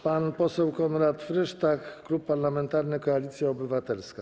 Pan poseł Konrad Frysztak, Klub Parlamentarny Koalicja Obywatelska.